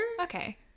Okay